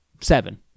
seven